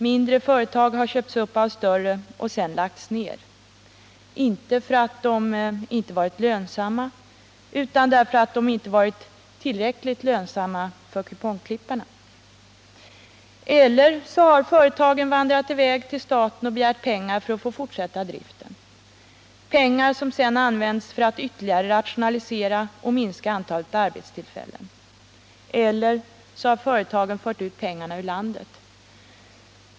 Mindre företag har köpts av större och sedan lagts ner, inte därför att de inte varit lönsamma utan därför att de inte varit tillräckligt lönsamma för kupongklipparna. Eller också har företagen vandrat i väg till staten för att få pengar för att fortsätta driften, pengar som sedan använts för att ytterligare rationalisera och minska antalet arbetstillfällen —om nu inte företagen har fört pengarna ut ur landet.